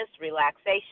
relaxation